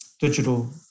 digital